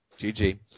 GG